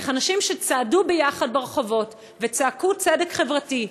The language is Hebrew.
איך אנשים שצעדו ביחד ברחובות וצעקו "צדק חברתי",